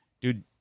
dude